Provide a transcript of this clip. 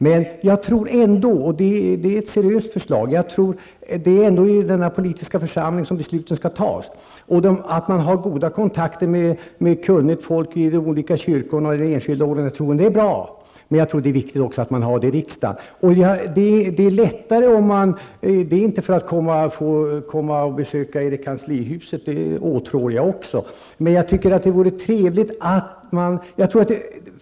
Men det är ändå i denna politiska församling som besluten skall fattas. Att man har goda kontakter med kunnigt folk i de olika kyrkorna och de enskilda organisationerna är bra, men det är också viktigt med sådana goda kontakter i riksdagen. Jag säger inte detta för att få besöka er i kanslihuset, även om också jag i och för sig åtrår det.